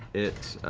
it